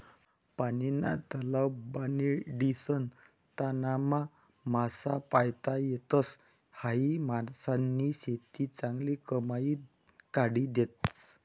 पानीना तलाव बनाडीसन त्यानामा मासा पायता येतस, हायी मासानी शेती चांगली कमाई काढी देस